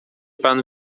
pan